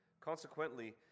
Consequently